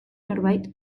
norbait